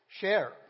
share